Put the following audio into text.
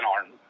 arm